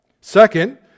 Second